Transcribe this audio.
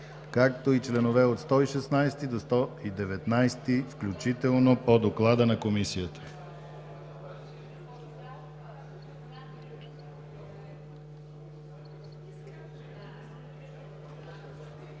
както и членове от 116 до 119 включително по доклада на Комисията.